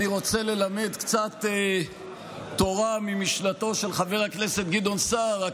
אני רוצה ללמד קצת תורה ממשנתו של חבר הכנסת גדעון סער,